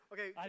Okay